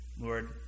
Lord